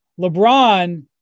lebron